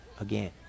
again